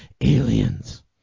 aliens